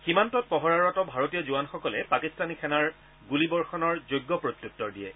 সীমান্তত পহৰাৰত ভাৰতীয় জোৱানসকলে পাকিস্তানী সেনাৰ গুলীবৰ্ষণৰ যোগ্য প্ৰত্যুত্তৰ দিয়ে